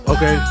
Okay